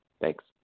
Thanks